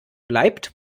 bleibt